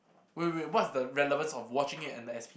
wait wait wait what's the relevance of watching it and the S_P